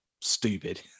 stupid